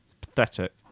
pathetic